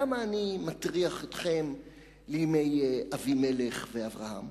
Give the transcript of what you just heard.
למה אני מטריח אתכם בימי אבימלך ואברהם?